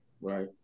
Right